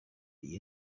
the